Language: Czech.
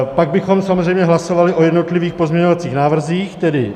Pak bychom samozřejmě hlasovali o jednotlivých pozměňovacích návrzích, tedy áčkový.